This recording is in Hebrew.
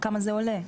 כמה זה עולה?